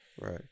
right